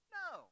no